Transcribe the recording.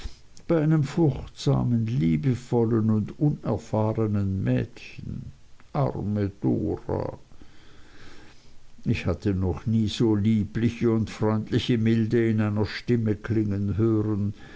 bei einem furchtsamen liebevollen und unerfahrenen mädchen arme dora ich hatte noch nie so liebliche und freundliche milde in einer stimme klingen hören